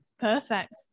perfect